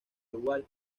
uruguay